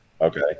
okay